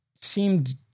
seemed